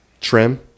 trim